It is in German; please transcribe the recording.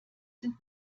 sind